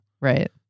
Right